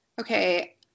Okay